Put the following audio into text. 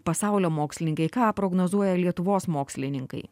pasaulio mokslininkai ką prognozuoja lietuvos mokslininkai